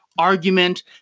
argument